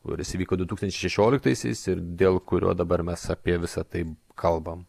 kuris įvyko du tūkstantis šešioliktaisiais ir dėl kurio dabar mes apie visą tai kalbam